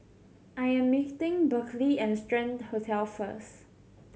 I am meeting Berkley at Strand Hotel first